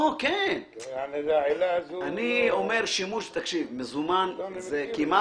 אז העילה הזו לא --- כי הם מבינים,